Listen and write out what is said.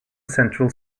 central